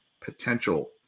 potential